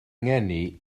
ngeni